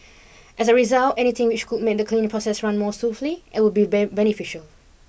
as a result anything which could make the cleaning process run more smoothly and would be beneficial